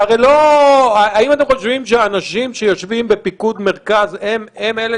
האם אתם חושבים שהאנשים שיושבים בפיקוד מרכז הם אלה